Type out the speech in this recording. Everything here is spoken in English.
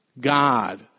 God